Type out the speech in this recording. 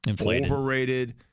Overrated